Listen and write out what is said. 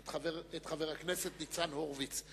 חבר הכנסת ניצן הורוביץ.